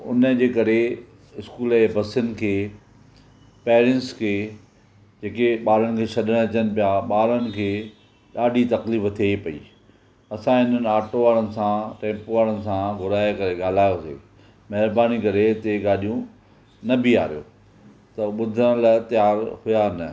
उन जे करे स्कूल जे बसियुनि खे पेरेंट्स खे जेके ॿारनि खे छॾणु अचनि पिया ॿारनि खे ॾाढी तकलीफ़ थिए पई असां हिननि आटो वारनि सां टेम्पू वारनि सां घुराए करे ॻाल्हायोसीं महिरबानी करे हिते गाॾियूं न बीहारियो त उहो ॿुधण लाइ तयार हुआ न